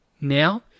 now